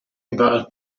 about